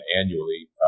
annually